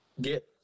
get